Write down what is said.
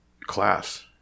class